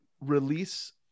release